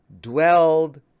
dwelled